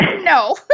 No